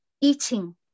eating